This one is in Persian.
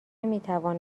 میتواند